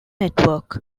network